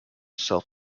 self